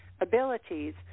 abilities